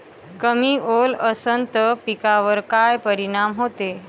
कमी ओल असनं त पिकावर काय परिनाम होते?